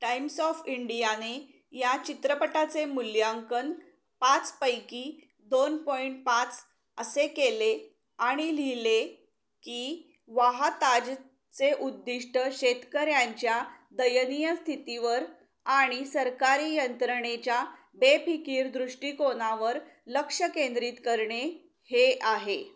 times of इंडियाने या चित्रपटाचे मूल्यांकन पाचपैकी दोन पॉईंट पाच असे केले आणि लिहिले की वाह ताजचे उद्दिष्ट शेतकऱ्यांच्या दयनीय स्थितीवर आणि सरकारी यंत्रणेच्या बेफिकीर दृष्टिकोनावर लक्ष केंद्रित करणे हे आहे